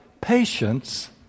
patience